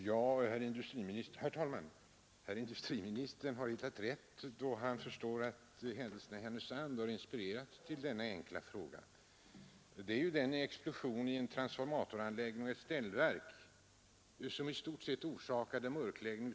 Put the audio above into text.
Herr talman! Herr industriministern har hittat rätt, då han förstår att händelserna i Härnösand har inspirerat till min enkla fråga. Där förorsakade ju en explosion i en transformatoranläggning vid ett ställverk mörkläggning av i stort sett hela staden.